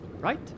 Right